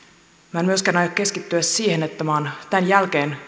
minä en myöskään aio keskittyä siihen että minä olen tämän jälkeen